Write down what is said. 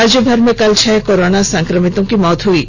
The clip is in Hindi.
राज्यभर में कल छह कोरोना संक्रमितों की मौत हो गयी